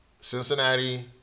Cincinnati